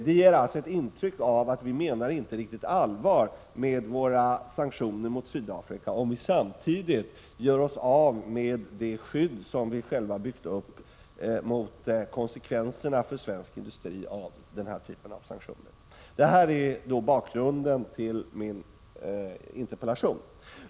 Det ger ett intryck av att vi inte riktigt menar allvar med våra sanktioner mot Sydafrika om vi samtidigt gör oss av med det skydd vi har byggt upp mot konsekvenserna för svensk industri av sådana sanktioner. Detta är bakgrunden till min interpellation.